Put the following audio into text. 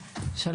שניכם?